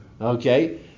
Okay